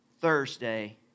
Thursday